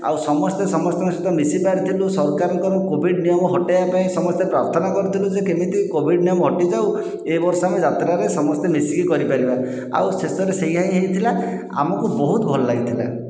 ଆଉ ସମସ୍ତେ ସମସ୍ତଙ୍କ ସହିତ ମିଶି ପାରିଥିଲୁ ସରକାରଙ୍କର କୋଭିଡ଼ ନିୟମ ହଟାଇବା ପାଇଁ ସମସ୍ତେ ପ୍ରାର୍ଥନା କରିଥିଲୁ ଯେ କେମିତି କୋଭିଡ଼ ନିୟମ ହଟିଯାଉ ଏ ବର୍ଷ ଆମେ ଯାତ୍ରାରେ ସମସ୍ତେ ମିଶିକି କରିପାରିବା ଆଉ ଶେଷରେ ସେଇୟା ହିଁ ହେଇଥିଲା ଆମକୁ ବହୁତ ଭଲ ଲାଗିଥିଲା